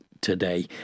today